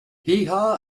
heehaw